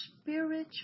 spiritual